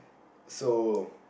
so